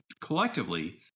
collectively